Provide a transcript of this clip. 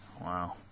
Wow